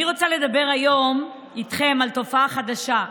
אני רוצה לדבר היום איתכם על תופעה חדשה,